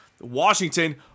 Washington